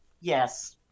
Yes